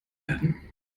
werden